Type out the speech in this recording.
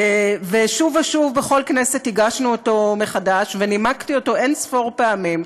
ושוב ושוב בכל כנסת הגשנו אותו מחדש ונימקתי אותו אין-ספור פעמים.